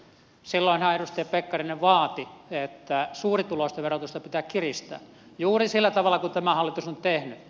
silloinhan edustaja pekkarinen vaati että suurituloisten verotusta pitää kiristää juuri sillä tavalla kuin tämä hallitus on tehnyt